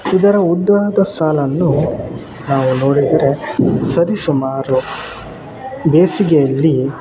ಇದರ ಉದ್ದಾದ ಸಾಲನ್ನು ನಾವು ನೋಡಿದರೆ ಸರಿ ಸುಮಾರು ಬೇಸಿಗೆಯಲ್ಲಿ